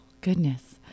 goodness